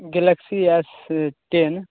galaxy S ten